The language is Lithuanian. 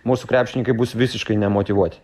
mūsų krepšininkai bus visiškai nemotyvuoti